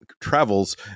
travels